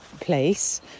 place